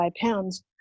pounds